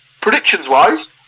Predictions-wise